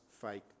fake